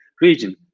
region